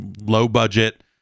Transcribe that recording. low-budget